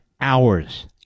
hours